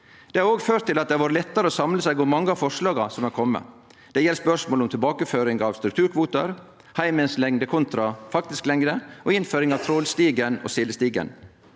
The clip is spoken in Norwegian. Det har òg ført til at det har vore lettare å samle seg om mange av forslaga som har kome. Det gjeld spørsmålet om tilbakeføring av strukturkvotar, heimelslengde kontra faktisk lengde og innføring av trålstigen og sildestigen.